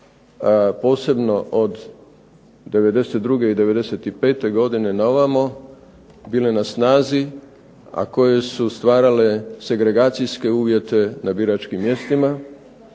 posebno od '92. i '95. godine na ovamo bile na snazi a koje su stvarale segregacijske uvjete na biračkim mjestima,